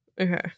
okay